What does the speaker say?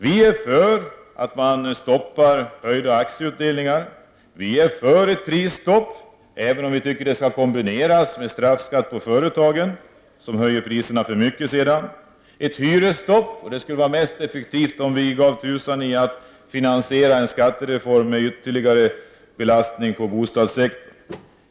Vi är för ett förbud mot höjda aktieutdelningar; vi är för ett prisstopp även om vi tycker att det skall kombineras med straffskatt på företag som höjer priserna alltför mycket; vi är för förbud mot höjda hyror, och det skulle vara mest effektivt om man gav tusan i att finansiera en skattereform med ytterligare belastning på bostadssektorn.